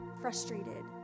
frustrated